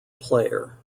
player